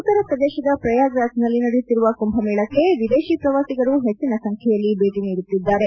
ಉತ್ತರ ಪ್ರದೇಶದ ಪ್ರಯಾಗ್ರಾಜ್ನಲ್ಲಿ ನಡೆಯುತ್ತಿರುವ ಕುಂಭಮೇಳಕ್ಕೆ ವಿದೇಶಿ ಪ್ರವಾಸಿಗರು ಹೆಚ್ಚಿನ ಸಂಖ್ಲೆಯಲ್ಲಿ ಭೇಟಿ ನೀಡುತ್ತಿದ್ದಾರೆ